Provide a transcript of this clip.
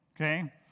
Okay